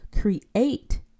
create